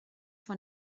von